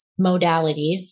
modalities